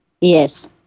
Yes